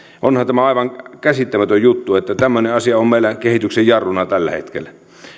onhan tämä aivan käsittämätön juttu että tämmöinen asia on meillä kehityksen jarruna tällä hetkellä